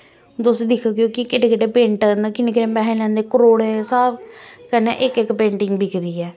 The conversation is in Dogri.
तुस दिखगे कि केड्डे केड्डे पेंटर न कि'न्ने कि'न्ने पैसे लैंदे करोड़ें दे स्हाब कन्नै इक इक पेंटिंग बिकदी ऐ